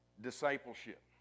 discipleship